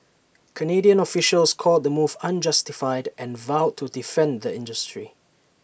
Canadian officials called the move unjustified and vowed to defend the industry